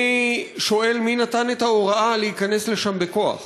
אני שואל, מי נתן את ההוראה להיכנס לשם בכוח?